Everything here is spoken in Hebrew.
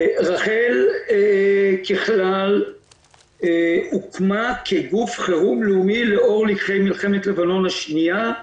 רח"ל ככלל הוקמה כגוף חירום לאומי לאור לקחי מלחמת לבנון השנייה,